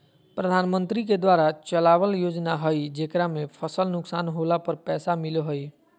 प्रधानमंत्री के द्वारा चलावल योजना हइ जेकरा में फसल नुकसान होला पर पैसा मिलो हइ